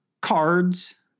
cards